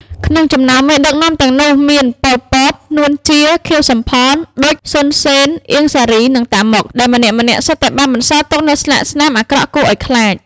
ក្នុងចំណោមមេដឹកនាំទាំងនោះ មានប៉ុល ពត នួន ជា ខៀវ សំផន ឌុច សុន សេន អៀង សារី និងតាម៉ុក ដែលម្នាក់ៗសុទ្ធតែបានបន្សល់ទុកនូវស្លាកស្នាមអាក្រក់គួរឱ្យខ្លាច។